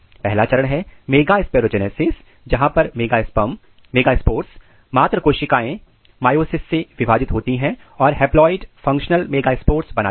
पहला चरण है मेगास्पू्रोजेनेसिस जहां पर मेगास्पोर्स मात्र कोशिकाएं मायोसिस से विभाजित होती हैं और हैप्लॉयड फंक्शनल मेगास्पोर्स बनाती हैं